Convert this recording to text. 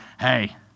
hey